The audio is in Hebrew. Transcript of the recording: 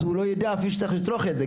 הוא לא יודע שצריך לצרוך את זה.